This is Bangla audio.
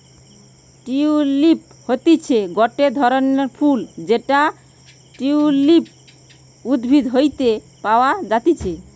টিউলিপ হতিছে গটে ধরণের ফুল যেটা টিউলিপ উদ্ভিদ হইতে পাওয়া যাতিছে